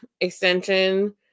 extension